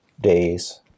days